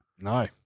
No